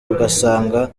ugasanga